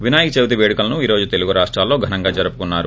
వినాయకచవితి పేడుకలను ఈ రోజు తెలుగు రాష్ట్రాల్లో ఘనంగా జరుపుకున్నారు